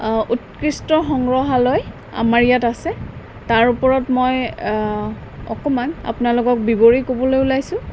উৎকৃষ্ট সংগ্ৰহালয় আমাৰ ইয়াত আছে তাৰ ওপৰত মই অকমান আপোনালোকক বিৱৰি ক'বলৈ ওলাইছোঁ